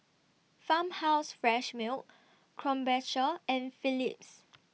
Farmhouse Fresh Milk Krombacher and Philips